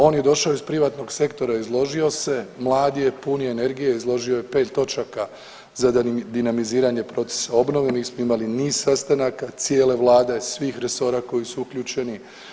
On je došao iz privatnog sektora, izložio se, mlad je, pun je energije, izložio je pet točaka za dinamiziranje procesa obnove, mi smo imali niz sastanaka cijele vlade, svih resora koji su uključeni.